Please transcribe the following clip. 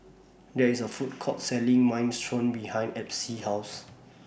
There IS A Food Court Selling Minestrone behind Epsie's House